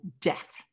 death